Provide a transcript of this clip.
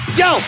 yo